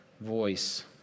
voice